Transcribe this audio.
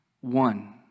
one